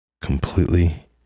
completely